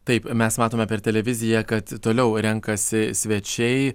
taip mes matome per televiziją kad toliau renkasi svečiai